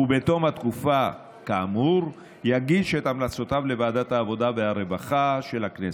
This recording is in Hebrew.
ובתום התקופה כאמור יגיש את המלצותיו לוועדת העבודה והרווחה של הכנסת.